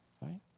right